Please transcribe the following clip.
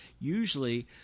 usually